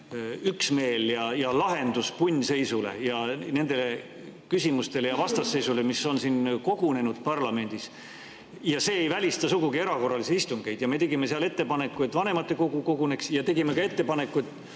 üksmeel ja lahendus punnseisule, nendele küsimustele ja vastasseisule, mis on siin parlamendis [tekkinud]. Aga see ei välista sugugi erakorralisi istungeid. Me tegime seal ettepaneku, et vanematekogu koguneks, ja tegime ka ettepaneku,